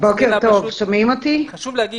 חשוב להגיד